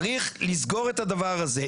צריך לסגור את הדבר הזה.